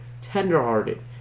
tenderhearted